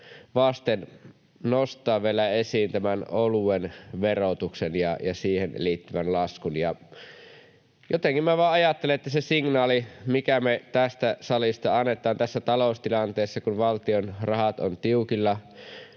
vasten nostaa vielä esiin tämän oluen verotuksen ja siihen liittyvän laskun. Jotenkin minä vain ajattelen, että se signaali, mikä me tästä salista annetaan tässä taloustilanteessa, kun valtion rahat ovat tiukilla,